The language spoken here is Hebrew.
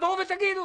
תבואו ותגידו.